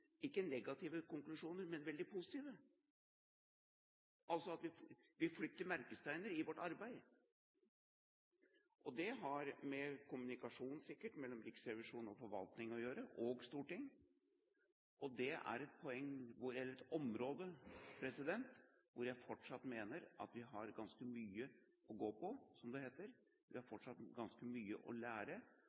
ikke negative konklusjoner, men veldig positive konklusjoner, altså at vi flytter merkesteiner i vårt arbeid. Det har sikkert med kommunikasjon mellom Riksrevisjonen, forvaltningen og Stortinget å gjøre, og det er et område hvor jeg fortsatt mener at vi har ganske mye å gå på, som det heter. Vi har fortsatt ganske mye å lære,